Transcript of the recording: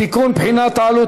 אין נמנעים.